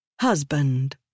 Husband